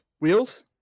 Wheels